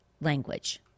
language